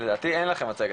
גם חבר הכנסת לשעבר,